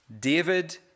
David